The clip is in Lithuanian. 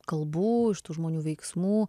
kalbų iš tų žmonių veiksmų